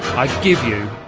i give you.